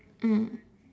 mm